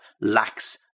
lacks